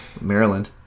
Maryland